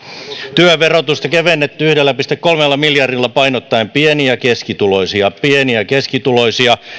työn verotusta on kevennetty yhdellä pilkku kolmella miljardilla painottaen pieni ja keskituloisia pieni ja keskituloisia